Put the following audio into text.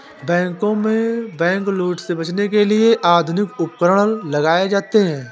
बैंकों में बैंकलूट से बचने के लिए आधुनिक उपकरण लगाए जाते हैं